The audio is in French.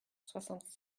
soixante